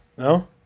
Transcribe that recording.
no